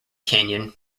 canyon